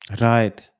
right